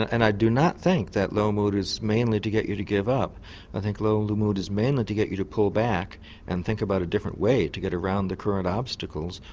and i do not think that low mood is mainly to get you to give up i think low low mood is mainly to get you to pull back and think about a different way to get around the current obstacles.